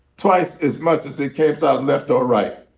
twice as much as it camps out left or right.